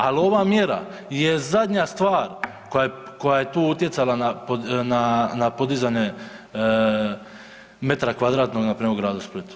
Ali ova mjera je zadnja stvar koja je tu utjecala na podizanje metra kvadratnog npr. u gradu Splitu.